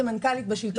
כמנכ"לית בשלטון המקומי,